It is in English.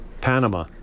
panama